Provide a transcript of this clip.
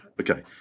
Okay